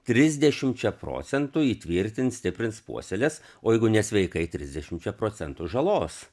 trisdešimčia procentų įtvirtins stiprins puoselės o jeigu nesveikai trisdešimčia procentų žalos